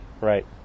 right